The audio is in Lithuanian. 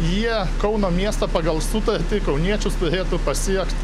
jie kauno miestą pagal sutartį kauniečius turėtų pasiekt